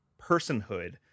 personhood